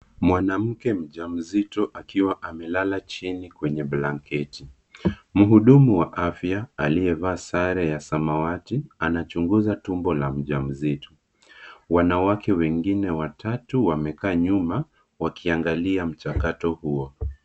Mwanamke mjamzito akiwa amelala chini kwenye blanketi. Mhudumu wa afya aliyevaa sare ya samawati anachunguza tumbo la mjamzito. Wanawake wengine watatu wamekaa nyuma wakiangalia mchakato huo.